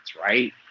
right